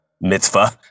mitzvah